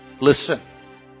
listen